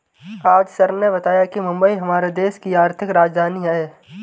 आज सर ने बताया कि मुंबई हमारे देश की आर्थिक राजधानी है